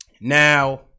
Now